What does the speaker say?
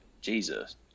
Jesus